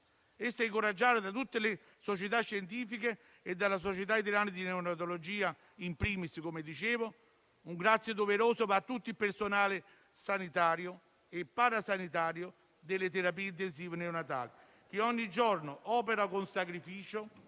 è incoraggiata da tutte le società scientifiche e dalla Società italiana di neonatologia *in primis*. Un grazie doveroso va a tutto il personale sanitario e parasanitario delle terapie intensive neonatali, che ogni giorno opera con sacrificio,